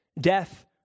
death